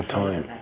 time